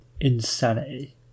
insanity